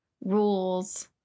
rules